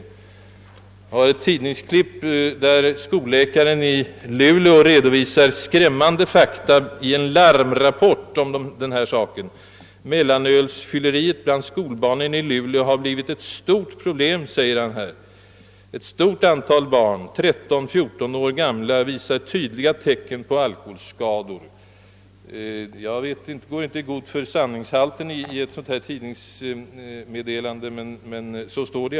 Jag har ett tidningsurklipp, där skolläkaren i Luleå redovisar skrämmande fakta i en larmrapport: »Mellanölsfylleriet bland skolbarnen i Luleå har blivit ett stort problem. Ett stort antal barn, 13—14 år gamla, visar tydliga tecken på alkoholskador.» Jag går inte i god för sanningshalten i ett sådant här tidningsmeddelande, men så står det.